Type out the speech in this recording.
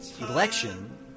Election